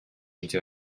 into